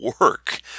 work